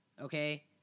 okay